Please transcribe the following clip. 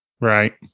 Right